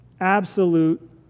Absolute